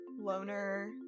loner